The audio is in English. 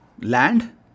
Land